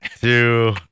two